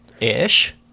Ish